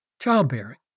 Childbearing